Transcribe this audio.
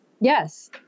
Yes